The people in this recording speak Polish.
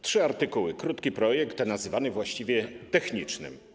Trzy artykuły, krótki projekt nazywany właściwie technicznym.